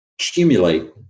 accumulate